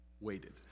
waited